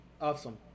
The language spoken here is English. Awesome